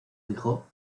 hijo